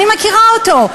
אני מכירה אותו.